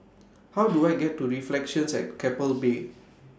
How Do I get to Reflections At Keppel Bay